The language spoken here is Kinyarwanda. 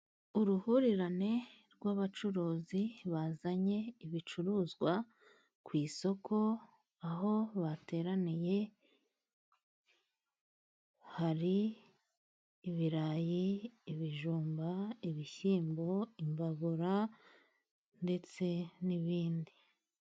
Uruhurirane rw'abacuruzi bazanye ibicuruzwa ku isoko, aho bateraniye hari ibirayi, ibijumba ibishyimbo, imbabura ndetse n'ibindi.